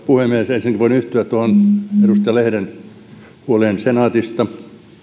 puhemies ensinnäkin voin yhtyä edustaja lehden huoleen senaatista